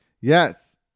Yes